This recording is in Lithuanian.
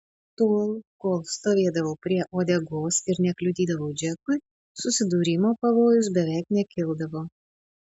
tol kol stovėdavau prie uodegos ir nekliudydavau džekui susidūrimo pavojus beveik nekildavo